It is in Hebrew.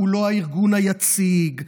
הוא לא הארגון היציג,